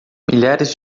milhares